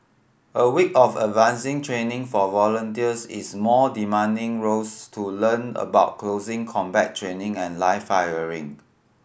a week of advancing training for volunteers is more demanding roles to learn about closing combat training and live firing